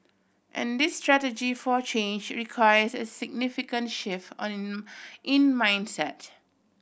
and this strategy for change requires a significant shift on in mindset